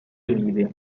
emilia